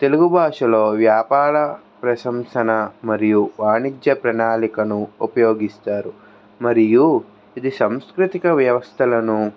తెలుగు భాషలో వ్యాపార ప్రశంసన మరియు వాణిజ్య ప్రణాళికను ఉపయోగిస్తారు మరియు ఇది సాంస్కృతిక వ్యవస్థలను